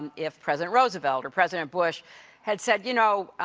and if president roosevelt or president bush had said, you know,